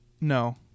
No